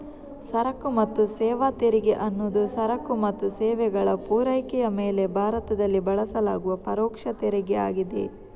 ಸರಕು ಮತ್ತು ಸೇವಾ ತೆರಿಗೆ ಅನ್ನುದು ಸರಕು ಮತ್ತು ಸೇವೆಗಳ ಪೂರೈಕೆಯ ಮೇಲೆ ಭಾರತದಲ್ಲಿ ಬಳಸಲಾಗುವ ಪರೋಕ್ಷ ತೆರಿಗೆ ಆಗಿದೆ